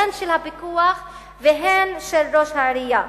הן של הפיקוח והן של ראש העירייה,